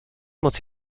moc